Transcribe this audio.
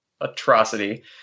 atrocity